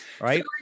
right